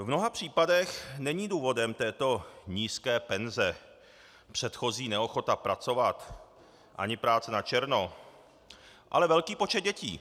V mnoha případech není důvodem této nízké penze předchozí neochota pracovat ani práce načerno, ale velký počet dětí.